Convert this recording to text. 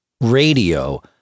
radio